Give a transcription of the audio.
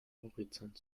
horizont